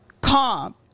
calm